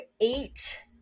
eight